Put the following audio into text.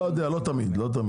לא יודע, לא תמיד.